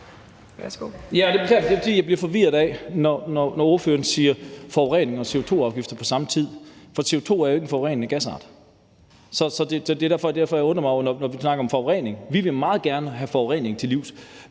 jeg bliver forvirret, når spørgeren taler om forurening og CO2-afgifter på samme tid, for CO2 er jo ikke en forurenende gasart. Det undrer mig, når vi snakker om forurening. Vi vil meget gerne komme forureningen til livs.